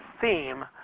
theme